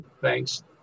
thanks